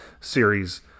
series